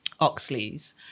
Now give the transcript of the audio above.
Oxleys